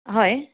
হয়